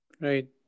Right